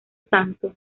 santo